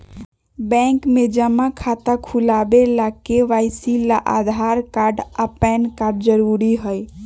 bank में जमा खाता खुलावे ला के.वाइ.सी ला आधार कार्ड आ पैन कार्ड जरूरी हई